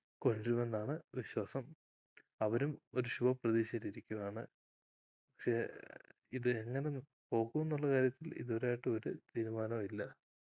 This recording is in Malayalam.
കൊണ്ടുവരുമെന്നാണ് വിശ്വാസം അവരും ഒരു ശുഭപ്രതീക്ഷയിൽ ഇരിക്കുകയാണ് പക്ഷേ ഇതെങ്ങനെ പോകുമെന്നുള്ള കാര്യത്തിൽ ഇതുവരെയായിട്ടും ഒരു തീരുമാനവുമില്ല